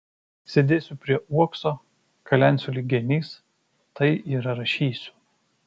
sėdėsiu prie uokso kalensiu lyg genys tai yra rašysiu